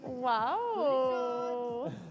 Wow